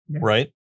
right